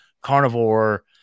carnivore